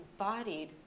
embodied